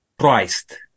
Christ